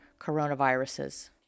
coronaviruses